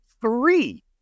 Three